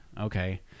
Okay